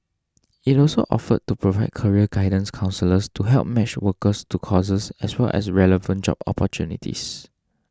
it also offered to provide career guidance counsellors to help match workers to courses as well as relevant job opportunities